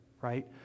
right